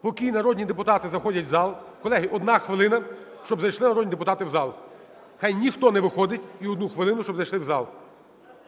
Поки народні депутати заходять в зал… Колеги, одна хвилина, щоб зайшли народні депутати в зал. Хай ніхто не виходить, і одну хвилину, щоби зайшли в зал.